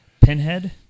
Pinhead